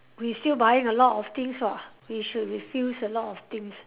we still buying a lot of things [what] we should refuse a lot of things